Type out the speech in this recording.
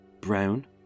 brown